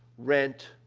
rent,